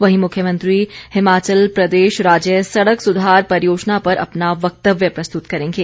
वहीं मुख्यमंत्री हिमाचल प्रदेश राज्य सड़क सुधार परियोजना पर अपना वक्तव्य प्रस्तुत करेंगे